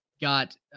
got